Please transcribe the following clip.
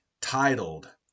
titled